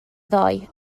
ddoe